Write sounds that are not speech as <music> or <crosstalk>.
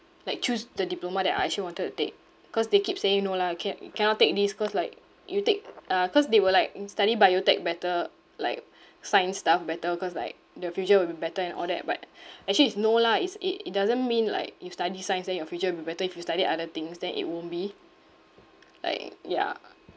like choose the diploma that I actually wanted to take cause they keep saying no lah you can~ you cannot take this cause like you take uh cause they were like you study biotech better like science stuff better cause like the future will be better and all that but actually it's no lah is it it doesn't mean like you study science then your future will be better if you study other things then it won't be <noise> like yeah